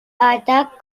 atac